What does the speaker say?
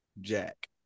Jack